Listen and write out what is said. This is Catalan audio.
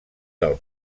del